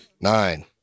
nine